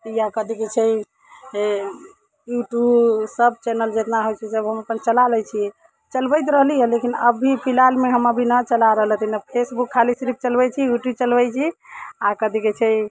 या कथी कहै छै यूटूब सब चैनल जतना होइ छै सब हम चला लै छी चलबैत रहली हँ लेकिन अभी फिलहालमे हम अभी नहि चला रहली फेसबुक खाली सिरिफ चलबै छी यूटूब खाली चलबै छी आओर कथी कहै छै